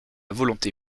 volonté